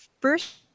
first